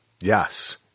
Yes